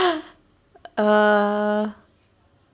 uh